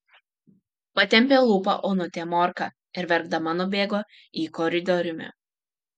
patempė lūpą onutė morka ir verkdama nubėgo į koridoriumi